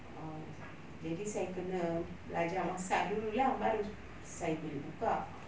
err jadi saya kena belajar masak dulu lah baru saya boleh buka